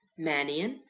mannion?